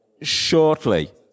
shortly